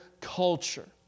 culture